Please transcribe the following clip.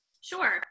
Sure